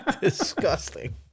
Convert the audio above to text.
Disgusting